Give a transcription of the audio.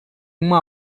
uma